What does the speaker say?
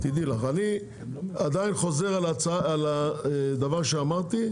אני עדיין חוזר על הדבר שאמרתי,